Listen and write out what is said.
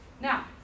Now